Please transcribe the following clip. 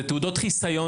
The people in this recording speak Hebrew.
זה אולי תעודת חיסיון,